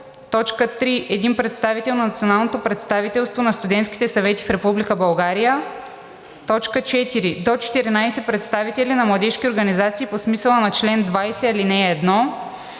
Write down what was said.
3. един представител на Националното представителство на студентските съвети в Република България; 4. до 14 представители на младежки организации по смисъла на чл. 20, ал. 1; 5.